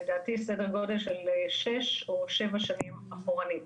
לדעתי סדר גודל של 6 או 7 שנים אחורנית